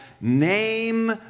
Name